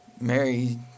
mary